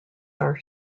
our